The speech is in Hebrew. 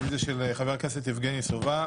הרביזיה של חבר הכנסת יבגני סובה,